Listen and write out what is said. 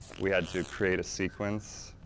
we had to create a sequence,